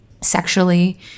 Sexually